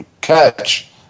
catch